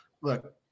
Look